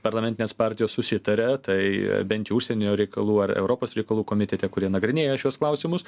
parlamentinės partijos susitaria tai bent jau užsienio reikalų ar europos reikalų komitete kurie nagrinėja šiuos klausimus